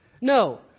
No